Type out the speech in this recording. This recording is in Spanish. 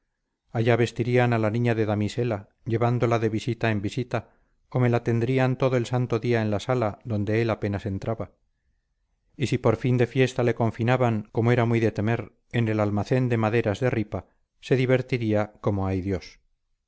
allá vestirían a la niña de damisela llevándola de visita en visita o me la tendrían todo el santo día en la sala donde él apenas entraba y si por fin de fiesta le confinaban como era muy de temer en el almacén de maderas de ripa se divertiría como hay dios